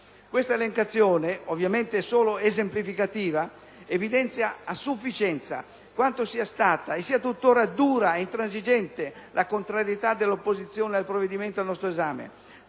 Questa elencazione, ovviamente solo esemplificativa, evidenzia a sufficienza quanto sia stata e sia tuttora dura e intransigente la contrarietà dell'opposizione al provvedimento al nostro esame.